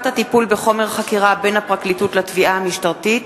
הטיפול בחומר חקירה בין הפרקליטות לתביעה המשטרתית)